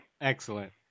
excellent